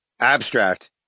abstract